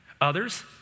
Others